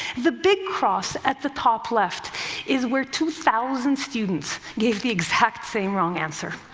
the big cross at the top left is where two thousand students gave the exact same wrong answer.